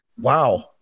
Wow